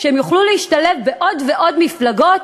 שהם יוכלו להשתלב בעוד ועוד מפלגות,